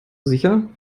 sicher